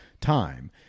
time